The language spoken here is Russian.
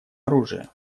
оружия